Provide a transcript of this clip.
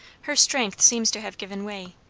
her strength seems to have given way.